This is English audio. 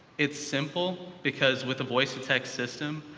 it's simple because with a voice-to-text system,